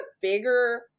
bigger